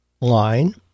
line